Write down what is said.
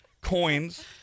Coins